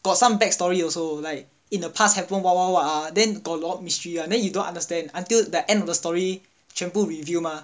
got some back story also like in the past happened what what what ah then got a lot mystery [one] then you don't understand until the end of the story 全部 reveal mah